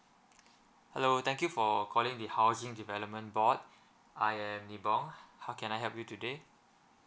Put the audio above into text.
hello thank you for calling the housing development board I am nippon how can I help you today